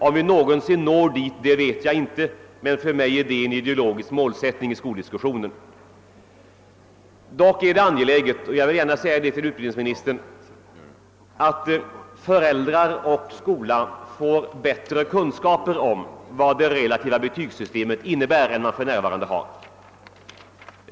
Om vi någonsin når dit vet jag inte, men för mig är det en ideologisk målsättning i skoldiskussionen. Dock är det angeläget — det vill jag gärna säga till utbildningsministern — att föräldrar och skola får bättre kunskaper om vad det relativa betygssystemet innebär än man för närvarande har.